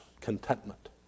contentment